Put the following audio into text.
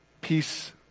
peace